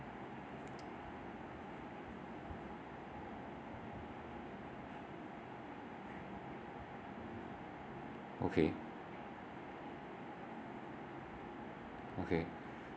okay okay